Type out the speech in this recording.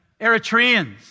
Eritreans